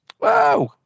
Wow